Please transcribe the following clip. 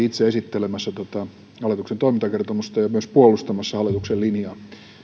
itse esittelemässä tätä hallituksen toimintakertomusta ja myös puolustamassa hallituksen linjaa